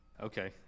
Okay